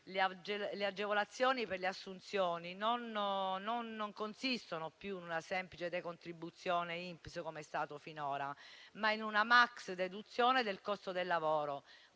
le agevolazioni per le assunzioni non consistono più in una semplice decontribuzione INPS, com'è stato finora, ma in una maxideduzione del costo del lavoro